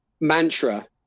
mantra